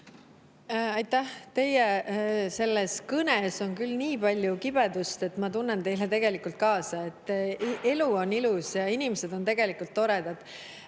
Aitäh! Teie kõnes oli küll nii palju kibedust, et ma tunnen teile kaasa. Elu on ilus ja inimesed on tegelikult toredad.